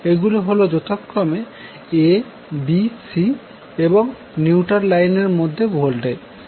এগুলি হল যথাক্রমে abc এবং নিউট্রাল লাইনের মধ্যে ভোল্টেজ